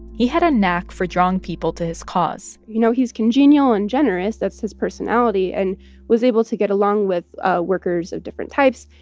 he had a knack for drawing people to his cause you know, he's congenial and generous that's his personality and was able to get along with ah workers of different types.